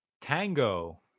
Tango